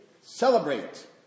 celebrate